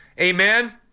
Amen